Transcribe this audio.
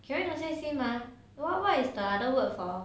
can I also say mah what what is the other words for